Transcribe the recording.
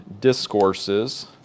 discourses